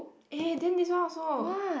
eh then this one also